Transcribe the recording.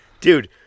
Dude